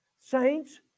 Saints